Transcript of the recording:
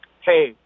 hey